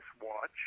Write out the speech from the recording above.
watch